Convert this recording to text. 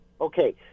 Okay